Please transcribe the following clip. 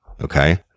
Okay